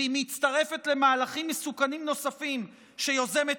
והיא מצטרפת למהלכים מסוכנים נוספים שיוזמת